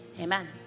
Amen